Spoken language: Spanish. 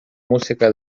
música